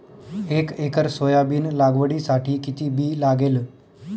एक acre soybean लागवडीसाठी किती बी लागेल?